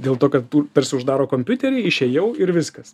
dėl to kad tu tarsi uždaro kompiuterį išėjau ir viskas